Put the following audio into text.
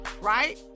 right